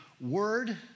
word